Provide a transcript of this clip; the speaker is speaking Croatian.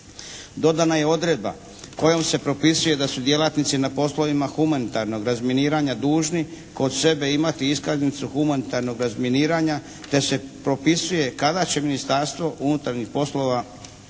Dodana je odredba kojom se propisuje da su djelatnici na poslovima humanitarnog razminiranja dužni kod sebe imati iskaznicu humanitarnog razminiranja. Da se propisuje kada će Ministarstvo unutarnjih poslova iskaznicu